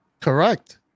correct